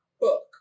book